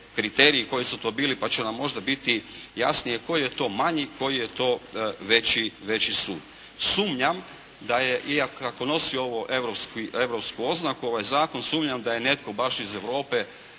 kriteriji koji su to bili pa će nam možda biti jasnije koji je to manji, koji je to veći sud. Sumnjam da je, iako nosi ovo europsku oznaku, ovaj zakon, sumnjam da je netko baš Europe